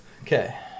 Okay